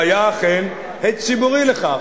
והיה אכן הד ציבורי לכך.